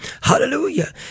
Hallelujah